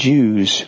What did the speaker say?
Jews